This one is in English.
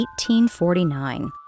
1849